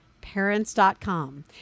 parents.com